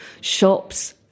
shops